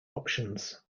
options